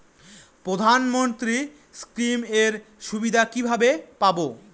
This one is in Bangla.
প্রধানমন্ত্রী স্কীম এর সুবিধা কিভাবে পাবো?